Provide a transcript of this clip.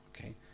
Okay